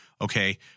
okay